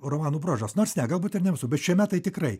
romanų bruožas nors ne galbūt ir ne visų bet šiame tai tikrai